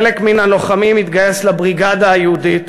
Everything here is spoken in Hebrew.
חלק מן הלוחמים התגייס לבריגדה היהודית